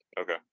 Okay